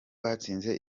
abatsinze